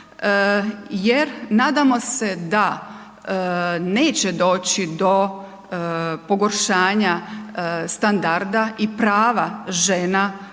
jer nadamo se da neće doći do pogoršanja standarda i prava žena u pitanju,